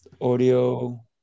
audio